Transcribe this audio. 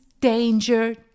danger